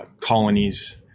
colonies